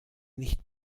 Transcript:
nicht